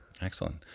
excellent